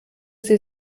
sie